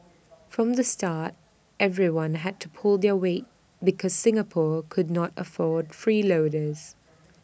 from the start everyone had to pull their weight because Singapore could not afford freeloaders